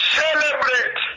celebrate